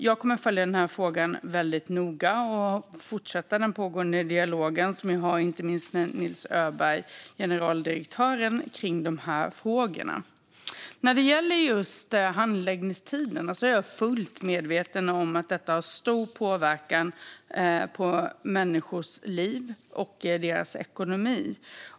Jag kommer att följa frågan noga och fortsätta den pågående dialog som jag har med inte minst Nils Öberg, generaldirektören, om frågorna. När det gäller handläggningstiderna är jag fullt medveten om att detta har stor påverkan på människors liv och ekonomi.